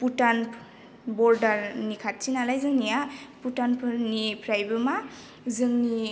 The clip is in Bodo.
भुटान बरदारनि खाथि नालाय जोंनिया भुटानफोरनिफ्रायबो मा जोंनि